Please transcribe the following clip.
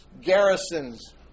garrisons